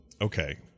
Okay